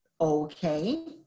okay